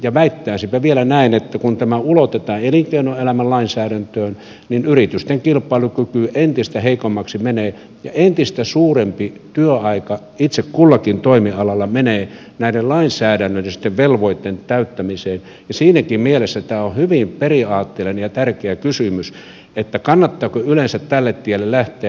ja väittäisinpä vielä näin että kun tämä ulotetaan elinkeinoelämän lainsäädäntöön niin yritysten kilpailukyky menee entistä heikommaksi ja entistä suurempi työaika kullakin toimialalla menee näiden lainsäädännöllisten velvoitteiden täyttämiseen ja siinäkin mielessä tämä on hyvin periaatteellinen ja tärkeä kysymys kannattaako yleensä tälle tielle lähteä